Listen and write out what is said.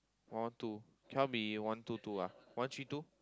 one one two cannot be one two two ah one three two